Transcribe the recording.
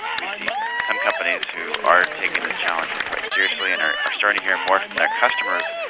we see some companies who are taking this challenge quite seriously, and are are starting to hear more from their customers,